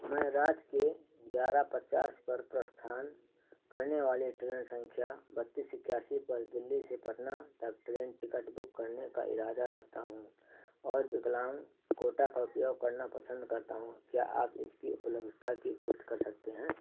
मैं रात के ग्यारह पचास पर प्रस्थान करने वाली ट्रेन संख्या बत्तीस इक्यासी पर दिल्ली से पटना तक ट्रेन टिकट बुक करने का इरादा रखता हूँ और विकलांग कोटा का उपयोग करना पसंद करता हूँ क्या आप इसकी उपलब्धता की पुष्टि कर सकते हैं